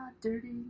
dirty